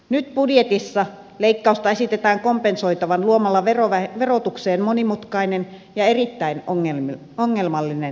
nyt budjetissa leikkausta esitetään kompensoitavan luomalla verotukseen monimutkainen ja erittäin ongelmallinen lapsivähennys